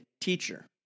teacher